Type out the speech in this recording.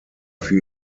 für